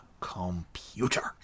computer